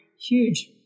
huge